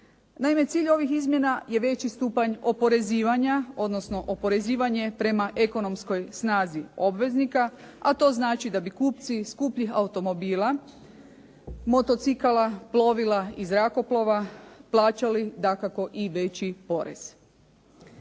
Naime, cilj ovih izmjena je veći stupanj oporezivanja, odnosno oporezivanje prema ekonomskoj snazi obveznika, a to znači da bi kupci skupljih automobila, motocikala, plovila i zrakoplova plaćali dakako i veći porez.